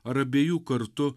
ar abiejų kartu